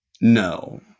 No